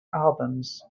albums